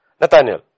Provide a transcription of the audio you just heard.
Nathaniel